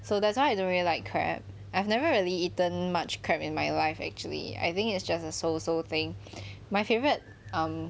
so that's why I don't really like crab I've never really eaten much crab in my life actually I think it's just a so-so thing my favourite